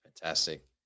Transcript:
Fantastic